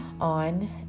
on